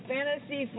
Fantasy